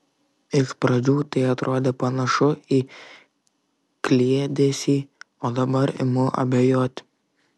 iš pradžių tai atrodė panašu į kliedesį o dabar imu abejot